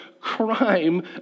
crime